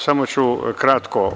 Samo ću kratko.